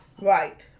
Right